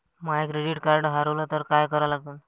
माय credit card हारवलं तर काय करा लागन?